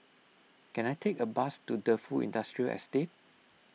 can I take a bus to Defu Industrial Estate